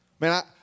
Man